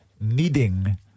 needing